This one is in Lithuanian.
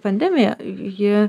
pandemija ji